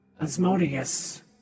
Asmodeus